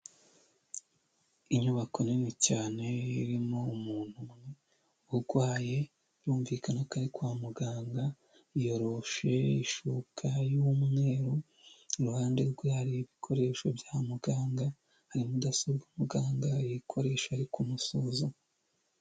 Inyubako nini cyane irimo umuntu umwe urwaye birumvikana ko ari kwa muganga, yiyoroshe ishuka y'umweru iruhande rwe hari ibikoresho bya muganga, hari mudasobwa muganga ayikoresha ari kumusoza.